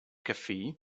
cafe